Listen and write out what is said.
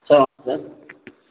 sir வணக்கம் sir